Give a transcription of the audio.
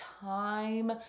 time